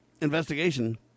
investigation